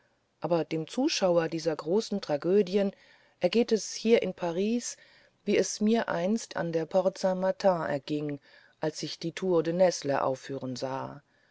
aber dem zuschauer dieser großen tragödien ergeht es hier in paris wie es mir einst an der porte saint martin erging als ich die tour de nesle auf führen sah